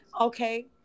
Okay